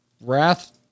Wrath